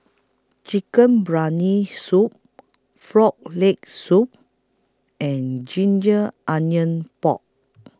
Chicken Briyani Soup Frog Leg Soup and Ginger Onions Pork